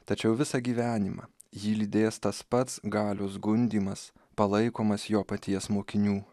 tačiau visą gyvenimą jį lydės tas pats galios gundymas palaikomas jo paties mokinių